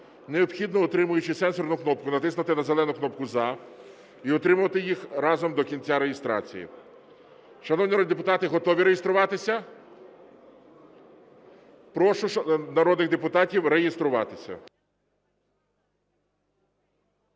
необхідно, утримуючи сенсорну кнопку, натиснути на зелену кнопку "За" і утримувати їх разом до кінця реєстрації. Шановні народні депутати, готові реєструватися? Прошу народних депутатів реєструватися.